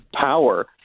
power